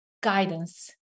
guidance